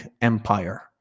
empire